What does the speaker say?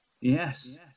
yes